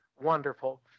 wonderful